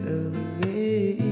away